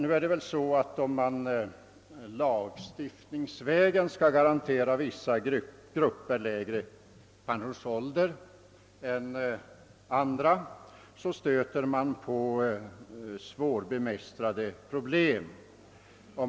Om man lagstiftningsvägen skall garantera vissa grupper lägre pensionsålder än andra, stöter man på svårbemästrade problem.